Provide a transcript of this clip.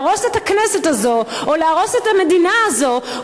להרוס את הכנסת הזאת או להרוס את המדינה הזאת,